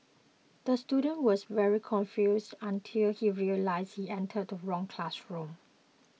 the student was very confused until he realised he entered the wrong classroom